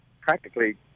practically